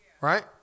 Right